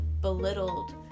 belittled